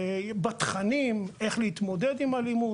בתכנים שהועברו,